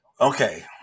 Okay